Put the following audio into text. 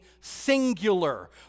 singular